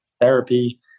therapy